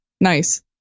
Nice